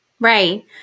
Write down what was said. Right